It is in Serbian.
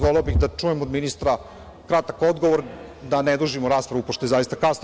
Voleo bih da čujem od ministra kratak odgovor, da ne dužimo raspravu, pošto je zaista kasno.